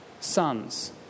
sons